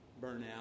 burnout